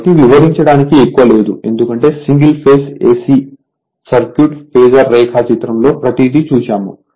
కాబట్టి వివరించడానికి ఎక్కువ లేదు ఎందుకంటే single phase AC circuit phasor రేఖాచిత్రం లో ప్రతీది చూశాము